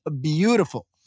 beautiful